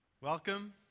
Welcome